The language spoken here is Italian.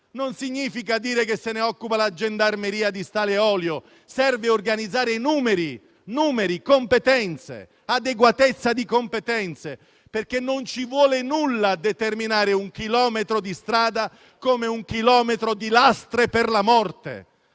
non significa dire che se ne occupa la gendarmeria di Stanlio e Olio. Serve organizzare numeri, competenze e adeguatezza di competenze, perché non ci vuole nulla a determinare un chilometro di strada come un chilometro di lastre per la morte.